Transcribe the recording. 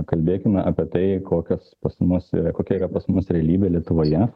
kalbėkime apie tai kokios pas mus yra kokia yra pas mus realybė lietuvoje